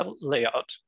layout